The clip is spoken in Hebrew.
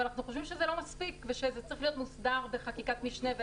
אנחנו חושבים שזה לא מספיק וזה צריך להיות מוסדר בחקיקת משנה,